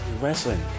Wrestling